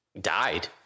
died